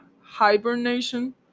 hibernation